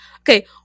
okay